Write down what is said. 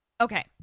Okay